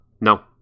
no